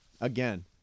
Again